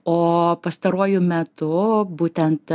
o pastaruoju metu būtent